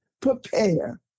prepare